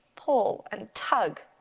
pull and tug.